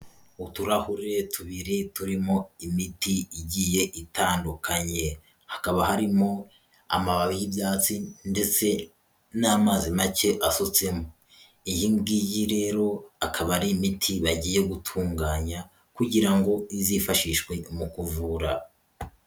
Uturahure tubiri turimo imiti igiye itandukanye, hakaba harimo amababi y'ibyatsi ndetse n'amazi make asutsemo, iyi ngiyi rero akaba ari imiti bagiye gutunganya, kugira ngo izifashishwe mu kuvura.